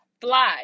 fly